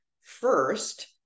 first